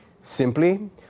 Simply